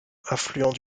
affluent